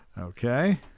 okay